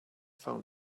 found